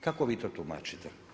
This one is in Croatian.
Kako vi to tumačite?